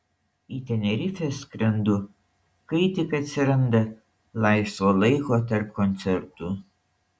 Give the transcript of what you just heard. į tenerifę skrendu kai tik atsiranda laisvo laiko tarp koncertų